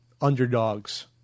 underdogs